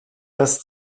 das